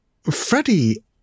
Freddie